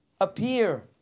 appear